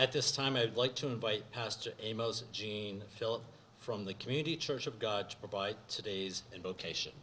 at this time i'd like to invite pastor a most jean philip from the community church of god to provide today's vocation